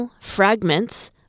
fragments